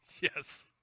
Yes